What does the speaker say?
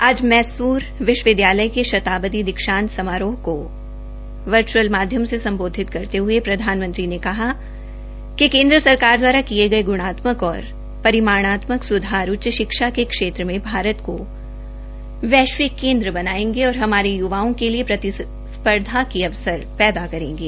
आज मैंसूर विश्वविद्यालय के शताब्दी दीक्षांत समारोह को वर्च्अल माध्यम से सम्बोधित करते हये प्रधानमंत्री ने कहा कि केन्द्र सरकार द्वारा किये गये ग्णात्मक और परिमाणात्मक स्धार उच्च शिक्षा के क्षेत्र में भारत को वैश्विक केन्द्र बनायेंगे और हमारे य्वाओं के लिए प्रतिस्पर्धा के अवसर पैदा करेंगे